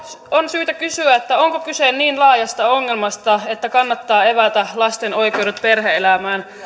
on syytä kysyä onko kyse niin laajasta ongelmasta että kannattaa evätä lasten oikeudet perhe elämään